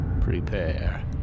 prepare